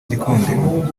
igikundiro